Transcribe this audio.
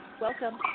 Welcome